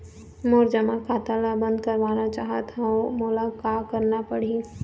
मोर जमा खाता ला बंद करवाना चाहत हव मोला का करना पड़ही?